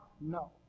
No